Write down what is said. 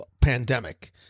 pandemic